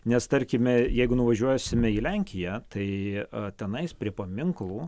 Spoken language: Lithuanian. nes tarkime jeigu nuvažiuosime į lenkiją tai tenais prie paminklų